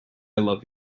love